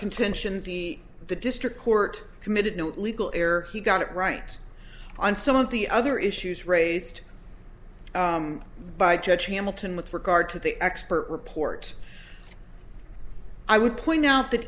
contention the district court committed no legal error he got it right on some of the other issues raised by judge hamilton with regard to the expert report i would point out that